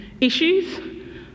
issues